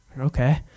Okay